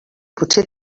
potser